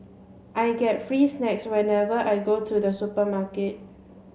I get free snacks whenever I go to the supermarket